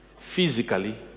physically